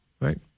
right